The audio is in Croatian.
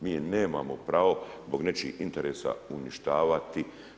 Mi je nemamo pravo zbog nečiji interesa uništavati.